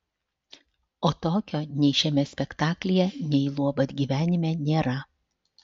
o tokio nei šiame spektaklyje nei juolab gyvenime nėra